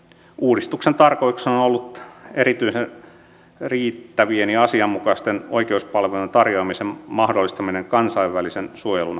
uudistuksen tarkoitus on ollut erityisesti riittävien ja asianmukaisten oikeusapupalveluiden tarjoamisen mahdollistaminen kansainvälisen suojelun hakijoille